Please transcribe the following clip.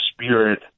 spirit